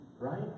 right